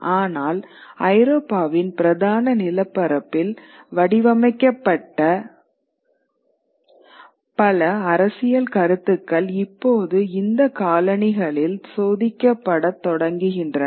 ஆனால் ஐரோப்பாவின் பிரதான நிலப்பரப்பில் வடிவமைக்கப்பட்ட பல அரசியல் கருத்துக்கள் இப்போது இந்த காலனிகளில் சோதிக்கப்படத் தொடங்குகின்றன